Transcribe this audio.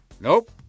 Nope